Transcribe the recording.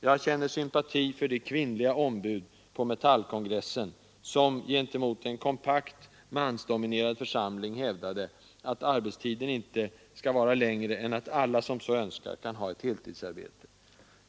Jag känner sympati för det kvinnliga ombud på Metallkongressen som gentemot en kompakt mansdominerad församling hävdade, att arbetstiden inte skall vara längre än att alla som så önskar kan ha ett heltidsarbete.